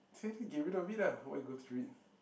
try to get rid of it ah why you go through it